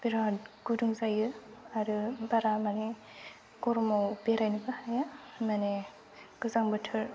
बिराद गुदुं जायो आरो बारा माने गरमाव बेरायनोबो हाया माने गोजां बोथोर